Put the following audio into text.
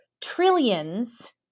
trillions